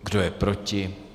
Kdo je proti?